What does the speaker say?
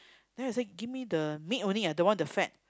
then I say give me the meat only I don't want the fat